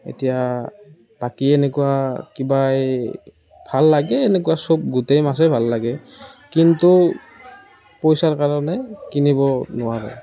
এতিয়া বাকী এনেকুৱা কিবা এই ভাল লাগে এনেকুৱা চব গোটেই মাছেই ভাল লাগে কিন্তু পইচাৰ কাৰণে কিনিব নোৱাৰে